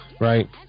Right